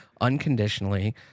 unconditionally